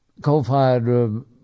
coal-fired